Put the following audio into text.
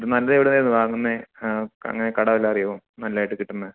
ഇത് നല്ലത് എവിടെന്നായിരുന്നു വാങ്ങുന്നത് അങ്ങനെ കട വല്ലതും അറിയാമോ നല്ലതായിട്ട് കിട്ടുന്നത്